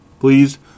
Please